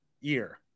year